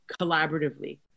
collaboratively